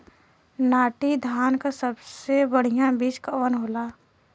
नाटी धान क सबसे बढ़िया बीज कवन होला?